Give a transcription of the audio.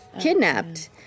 kidnapped